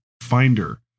Finder